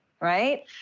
right